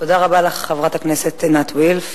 תודה רבה לך, חברת הכנסת עינת וילף.